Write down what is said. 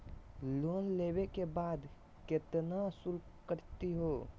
Loan लेवे के बाद केतना शुल्क कटतही हो?